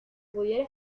pudiera